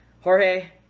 Jorge